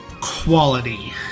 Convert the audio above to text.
quality